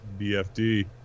BFD